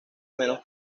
menos